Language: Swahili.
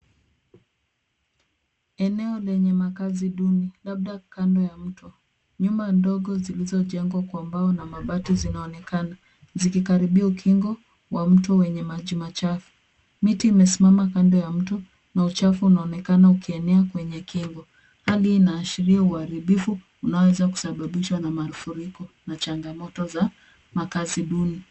Eneo lenye makazi duni labda kando ya mto. Nyumba ndogo zilizojengwa kwa mbao na mabati zinaonekana zikikaribia ukingo wa mto wenye maji machafu. Miti imesimama kando ya mto na uchafu unaonekana ukienea kwenye kingo. Hali inaashiria uharibifu unaoweza kusababishwa na mafuriko na changamoto za makazi duni.